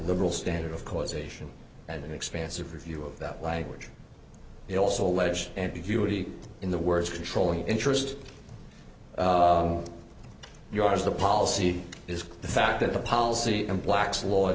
liberal standard of causation and an expansive review of that language it also alleged ambiguity in the words controlling interest yours the policy is the fact that the policy and black's law